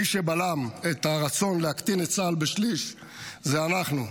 מי שבלם את הרצון להקטין את צה"ל בשליש זה אנחנו,